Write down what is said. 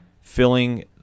filling